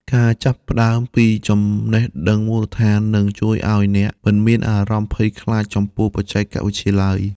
ការចាប់ផ្តើមពីចំណេះដឹងមូលដ្ឋាននឹងជួយឱ្យអ្នកមិនមានអារម្មណ៍ភ័យខ្លាចចំពោះបច្ចេកវិទ្យាឡើយ។